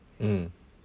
mm